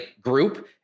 group